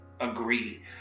agree